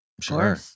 Sure